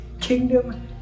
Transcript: kingdom